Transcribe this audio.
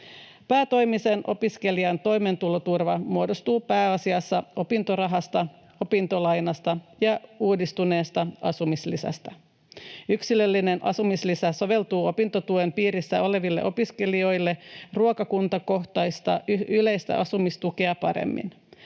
Päätoimisen opiskelijan toimeentuloturva muodostuu pääasiassa opintorahasta, opintolainasta ja uudistuneesta asumislisästä. Yksilöllinen asumislisä soveltuu opintotuen piirissä oleville opiskelijoille ruokakuntakohtaista yleistä asumistukea paremmin.